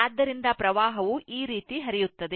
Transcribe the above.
ಅಂದರೆ ವಿದ್ಯುತ್ ಹರಿವು ಈ ರೀತಿ ಹರಿಯುತ್ತದೆ